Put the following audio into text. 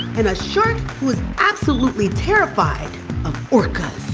and a shark who is absolutely terrified of orcas